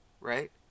right